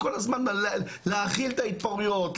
להכיל את ההתפרעויות,